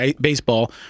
baseball